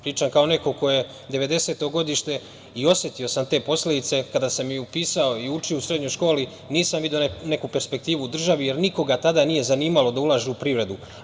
Pričam kao neko ko je devedeseto godište, i osetio sam te posledice kada sam upisao i učio u srednjoj školi, nisam video neku perspektivu u državi, jer nikoga tada nije zanimalo da ulaže u privredu.